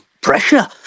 Pressure